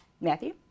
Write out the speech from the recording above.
Matthew